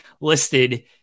listed